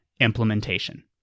implementation